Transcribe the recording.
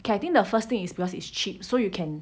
K I think the first thing is because it's cheap so you can